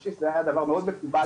חשיש היה מאוד מקובל,